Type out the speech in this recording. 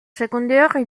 secondaires